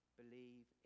believe